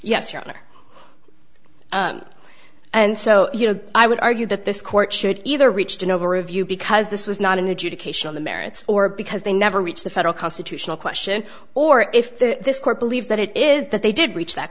honor and so you know i would argue that this court should either reached an overview because this was not an adjudication on the merits or because they never reached the federal constitutional question or if the this court believes that it is that they did reach that